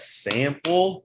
sample